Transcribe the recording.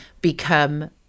become